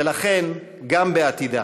ולכן, גם בעתידה.